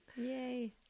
Yay